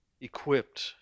equipped